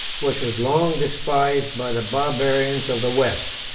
which was long despised by the barbarians of the west.